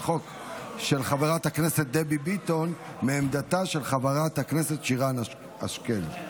חוק של חברת הכנסת דבי ביטון מעמדתה של חברת הכנסת שרן השכל.